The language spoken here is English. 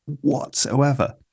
whatsoever